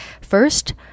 First